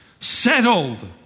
Settled